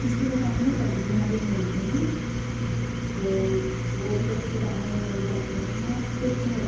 उनकी दुकान में सब्जियां भी मिलती हैं तो वो भी अच्छे दामों मिल जाती हैं हाँ कुछ